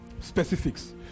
Specifics